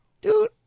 Dude